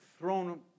thrown